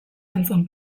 entzun